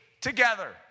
together